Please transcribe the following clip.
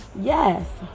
yes